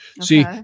See